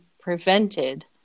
prevented